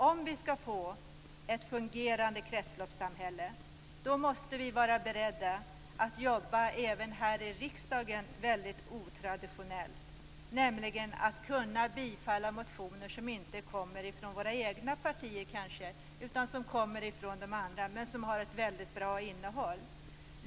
Om vi skall få ett fungerande kretsloppssamhälle måste vi vara beredda att jobba även här i riksdagen väldigt otraditionellt, nämligen så att vi kan bifalla motioner som inte kommer från våra egna partier utan från andra men som har ett väldigt bra innehåll.